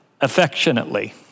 affectionately